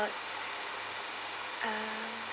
uh